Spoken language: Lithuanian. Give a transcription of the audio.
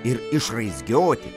ir išraizgioti